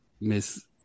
Miss